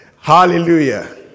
Hallelujah